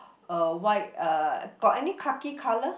a white uh got any khakhi colour